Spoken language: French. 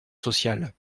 social